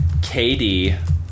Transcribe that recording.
KD